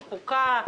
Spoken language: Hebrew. החוקה,